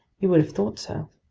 you would have thought so.